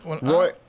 Roy